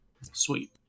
Sweet